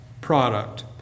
product